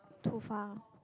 too far